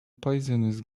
poisonous